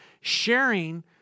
sharing